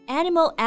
animal